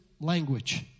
language